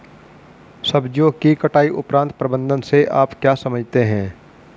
सब्जियों की कटाई उपरांत प्रबंधन से आप क्या समझते हैं?